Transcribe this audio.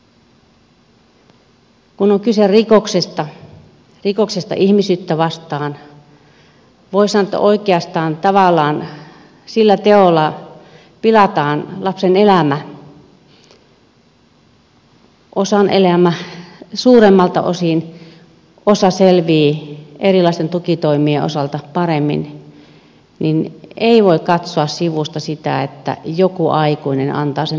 kun on kyse rikoksesta rikoksesta ihmisyyttä vastaan voi sanoa että oikeastaan tavallaan sillä teolla pilataan lapsen elämä osan elämä suuremmalta osin osa selviää erilaisten tukitoimien avulla paremmin niin ei voi katsoa sivusta sitä että joku aikuinen antaa sen tapahtua tieten